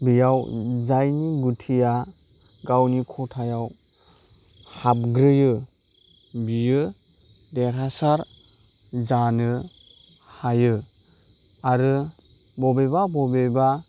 बेयाव जायनि गुथिया गावनि खथायाव हाबग्रोयो बियो देरहासार जानो हायो आरो बबेबा बबेबा